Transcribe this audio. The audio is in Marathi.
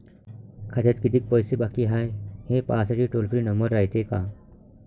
खात्यात कितीक पैसे बाकी हाय, हे पाहासाठी टोल फ्री नंबर रायते का?